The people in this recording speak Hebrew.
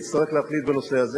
ויאמר את מה שהוא רוצה.